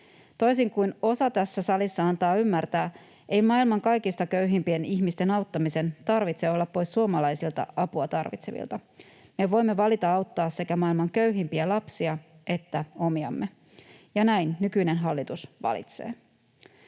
Toisin kuin osa tässä salissa antaa ymmärtää, ei maailman kaikista köyhimpien ihmisten auttamisen tarvitse olla pois suomalaisilta apua tarvitsevilta. Me voimme valita auttaa sekä maailman köyhimpiä lapsia että omiamme, ja näin nykyinen hallitus valitsee.